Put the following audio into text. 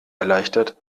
erleichtert